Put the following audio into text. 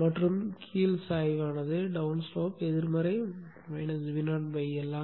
மற்றும் கீழ் சாய்வானது எதிர்மறை VoL ஆகும்